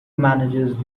managers